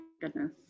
goodness